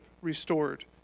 restored